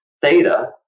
theta